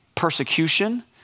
persecution